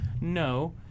No